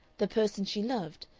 the person she loved,